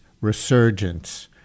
resurgence